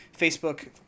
Facebook